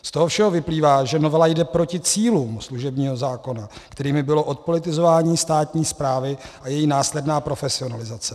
Z toho všeho vyplývá, že novela jde proti cílům služebního zákona, kterými bylo odpolitizování státní správy a její následná profesionalizace.